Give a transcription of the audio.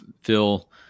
phil